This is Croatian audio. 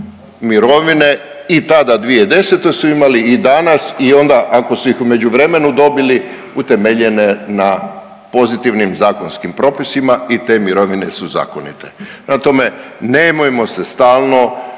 mirovine i tada 2010. su imali i danas i onda ako su ih u međuvremenu dobili utemeljene na pozitivnim zakonskim propisima i te mirovine su zakonite. Prema tome, nemojmo se stalno